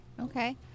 Okay